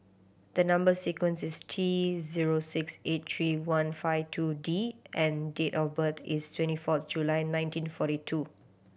the number sequence is T zero six eight three one five two D and date of birth is twenty fourth July nineteen forty two